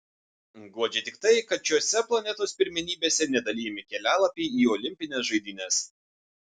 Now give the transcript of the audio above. guodžia tik tai kad šiose planetos pirmenybėse nedalijami kelialapiai į olimpines žaidynes